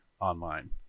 online